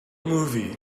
movie